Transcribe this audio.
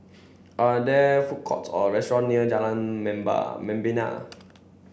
are there food courts or restaurant near Jalan Member Membina